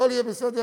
הכול יהיה בסדר.